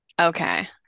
Okay